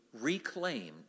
reclaimed